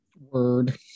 word